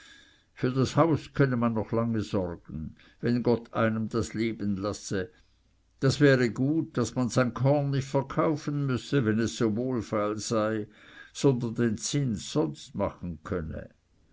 für das haus könne man noch lange sorgen wenn gott einem das leben lasse das wäre gut daß man sein korn nicht verkaufen müsse wenn es so wohlfeil sei sondern den zins sonst machen könne